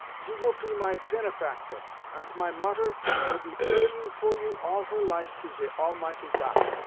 you will pe my penefactor, ant my mutter will be praying for you all her life to ze almighty got